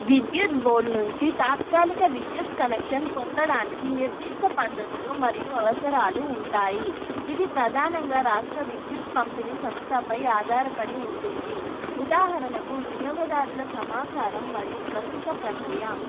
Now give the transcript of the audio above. విద్యుత్ బోర్డ్ నుంచి తాత్కాలిక విద్యుత్ కనెక్షన్ పొందడానికి నిర్దిష్ట పద్ధతులు మరియు అవసరాలు ఉంటాయి ఇది ప్రధానంగా రాష్ట్ర విద్యుత్ పంపిణీ సంస్థాపై ఆధారపడి ఉంటుంది ఉదాహరణకు వినియోగదారుల సమాచారం మరియు ప్రస్తుత ప్రక్రియ